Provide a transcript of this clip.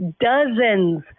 dozens